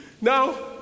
Now